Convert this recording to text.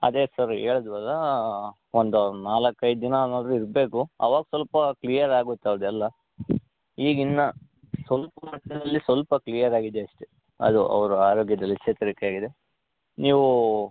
ಅದೇ ಸರಿ ಹೇಳಿದ್ವಲ್ಲ ಒಂದು ನಾಲ್ಕು ಐದು ದಿನ ಅನ್ನೋದು ಇರ್ಬೆಕು ಅವಾಗ ಸ್ವಲ್ಪ ಕ್ಲಿಯರ್ ಆಗುತ್ತೆ ಅದೆಲ್ಲ ಈಗ ಇನ್ನು ಸ್ವಲ್ಪ ಮಟ್ಟಿಗೆ ಸ್ವಲ್ಪ ಕ್ಲಿಯರ್ ಆಗಿದೆ ಅಷ್ಟೇ ಅದು ಅವರ ಆರೋಗ್ಯದಲ್ಲಿ ಚೇತರಿಕೆ ಆಗಿದೆ ನೀವು